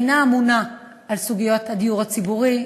אינה ממונה על סוגיית הדיור הציבורי.